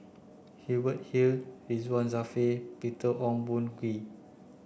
Hubert Hill Ridzwan Dzafir Peter Ong Boon Kwee